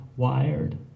Wired